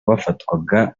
bafatwaga